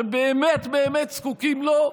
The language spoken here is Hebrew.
שבאמת באמת זקוקים לו,